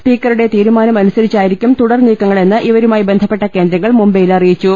സ്പീക്കറുടെ തീരുമാനം അനുസരിച്ചായിരിക്കും തുടർനീക്കങ്ങളെന്ന് ഇവരുമായി ബന്ധ പ്പെട്ട കേന്ദ്രങ്ങൾ മുംബൈയിൽ അറിയിച്ചു